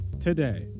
Today